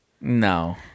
no